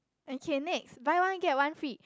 okay next buy one get one free